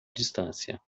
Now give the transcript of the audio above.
distância